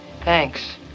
Thanks